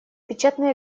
печатные